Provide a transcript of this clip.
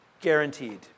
Guaranteed